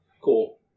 Cool